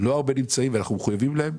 אבל אנחנו מחויבים לאלה שכן.